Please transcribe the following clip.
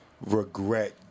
regret